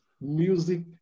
music